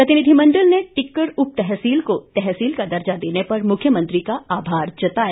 प्रतिनिधिमंडल ने टिक्कर उपतहसील को तहसील का दर्जा देने पर मुख्यमंत्री का आभार जताया